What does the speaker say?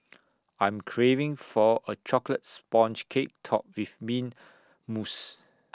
I am craving for A Chocolate Sponge Cake Topped with Mint Mousse